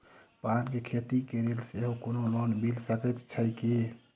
पान केँ खेती केँ लेल सेहो कोनो लोन मिल सकै छी की?